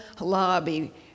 lobby